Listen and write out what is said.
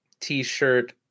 t-shirt